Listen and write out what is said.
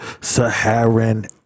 Saharan